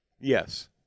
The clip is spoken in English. Yes